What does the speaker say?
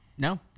no